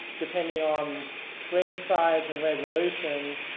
depending on screen size and resolution,